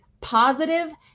positive